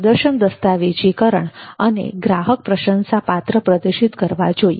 પ્રદર્શન દસ્તાવેજીકરણ અને ગ્રાહક પ્રશંસાપાત્ર પ્રદર્શિત કરવા જોઈએ